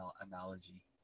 analogy